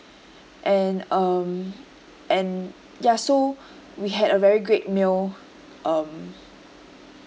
and um and ya so we had a very great meal um